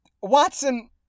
Watson